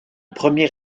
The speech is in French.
premier